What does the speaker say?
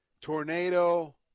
Tornado